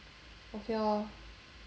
okay lor